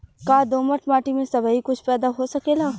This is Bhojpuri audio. का दोमट माटी में सबही कुछ पैदा हो सकेला?